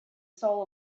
soul